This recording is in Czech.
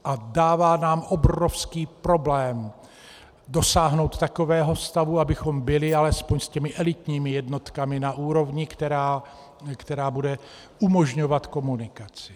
A dává nám obrovský problém dosáhnout takového stavu, abychom byli alespoň s těmi elitními jednotkami na úrovni, která bude umožňovat komunikaci.